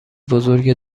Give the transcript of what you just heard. بزرگ